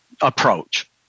approach